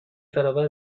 برابر